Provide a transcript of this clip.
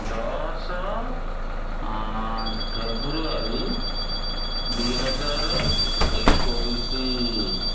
ଦଶ ଫେବୃଆରୀ ଦୁଇ ହଜାର ଏକୋଇଶ